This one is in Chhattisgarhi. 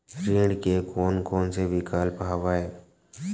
ऋण के कोन कोन से विकल्प हवय?